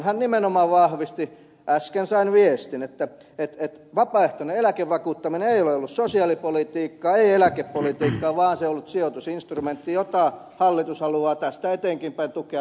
hän nimenomaan vahvisti äsken sain viestin että vapaaehtoinen eläkevakuuttaminen ei ole ollut sosiaalipolitiikkaa ei eläkepolitiikkaa vaan se on ollut sijoitusinstrumentti jota hallitus haluaa tästä eteenkin päin tukea yhä laajemmin